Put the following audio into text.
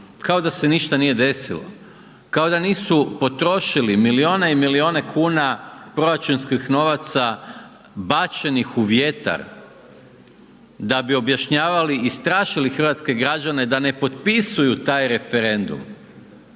kao da se ništa nije desilo, kao da nisu potrošili milijune i milijune kuna proračunskih novaca bačenih u vjetar da bi objašnjavali i strašili hrvatske građane da ne potpisuju taj referendum.